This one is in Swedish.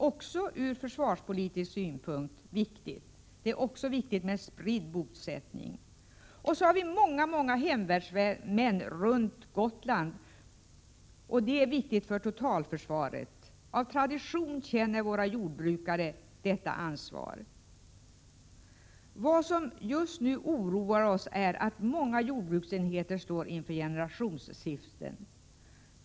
Också ur försvarspolitisk synpunkt är det viktigt med en spridd bosättning. Vi har många hemvärnsmän runt om på Gotland. Detta är viktigt för totalförsvaret. Av tradition känner våra jordbrukare detta ansvar. Vad som just nu oroar oss är att många jordbruksenheter står inför generationsskiften.